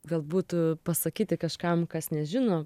galbūt pasakyti kažkam kas nežino